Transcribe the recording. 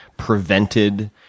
Prevented